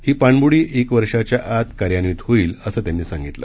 ही पाणबुजी एक वर्षाच्या आत कार्यान्वीत होईल असं सांगितलं